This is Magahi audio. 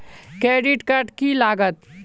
क्रेडिट कार्ड की लागत?